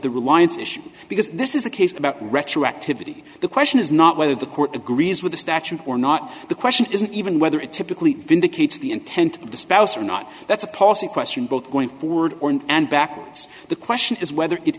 the reliance issue because this is a case about retroactivity the question is not whether the court agrees with the statute or not the question isn't even whether it typically indicates the intent of the spouse or not that's a policy question both going forward and backwards the question is whether it